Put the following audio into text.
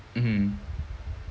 mmhmm